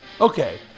Okay